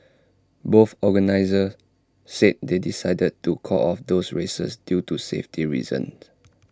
both organisers said they decided to call off those races due to safety reasons